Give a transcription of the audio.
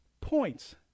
points